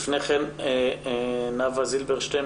נאוה זילברשטיין,